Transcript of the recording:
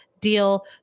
deal